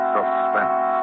Suspense